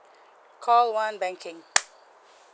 call one banking